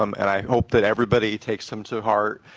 um and i hope that everybody takes them to heart,